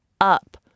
up